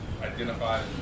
identified